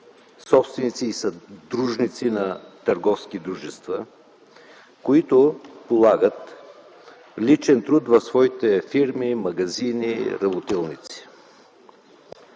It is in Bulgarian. собственици и съдружници на търговски дружества, които полагат личен труд в своите фирми, магазини, работилници.